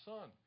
Son